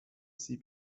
sie